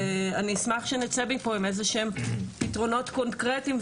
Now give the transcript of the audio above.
ואני אשמח שנצא מפה עם איזשהם פתרונות קונקרטיים,